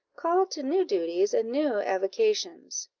called to new duties and new avocations,